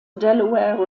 delaware